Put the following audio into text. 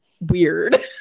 weird